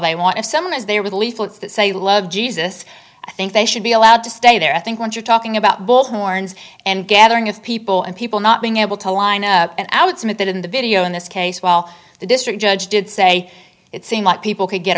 they want if someone is there with leaflets that say love jesus i think they should be allowed to stay there i think when you're talking about bullhorns and gathering of people and people not being able to line up and i would submit that in the video in this case while the district judge did say it seemed like people could get